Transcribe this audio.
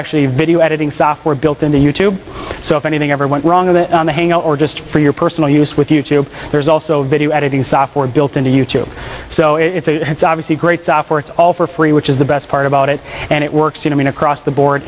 actually a video editing software built into you tube so if anything ever went wrong on the hangout or just for your personal use with you tube there's also video editing software built into you tube so it's obviously great software it's all for free which is the best part about it and it works you know in across the board